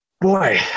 Boy